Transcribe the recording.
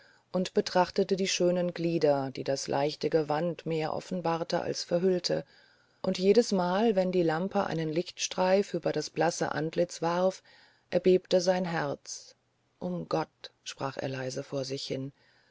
und betrachtete die schönen glieder die das leichte gewand mehr offenbarte als verhüllte und jedesmal wenn die lampe einen lichtstreif über das blasse antlitz warf erbebte sein herz um gott sprach er leise vor sich hin